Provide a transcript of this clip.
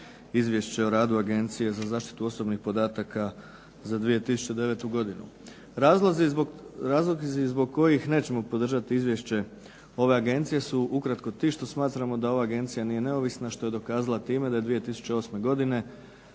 Izvješće o radu Agencije za zaštitu osobnih podataka za 2009. godinu. Razlozi zbog kojih nećemo podržati izvješće ove agencije su ukratko ti što smatramo da ova agencija nije neovisna, što je dokazala time da je 2008. godine